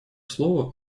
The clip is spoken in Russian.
слово